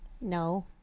No